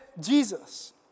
Jesus